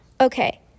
Okay